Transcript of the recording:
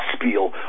spiel